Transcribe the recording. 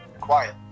quiet